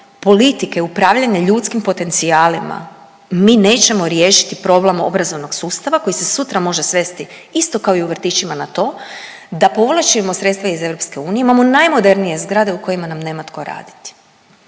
politike upravljanja ljudskim potencijalima mi nećemo riješiti problem obrazovnog sustava koji se sutra može svesti isto kao i u vrtićima na to da povlačimo sredstva iz Europske unije. Imamo najmodernije zgrade u kojima nam nema tko raditi.